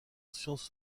sciences